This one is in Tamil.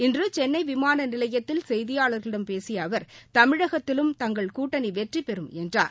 இன்று சென்னைவிமான நிலையத்தில் செய்தியாளர்களிடம் பேசிய அவர் தமிழகத்திலும் தங்கள் கூட்டணி வெற்றிபெறும் என்றார்